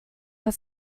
but